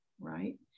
right